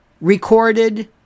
recorded